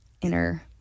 inner